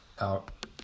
out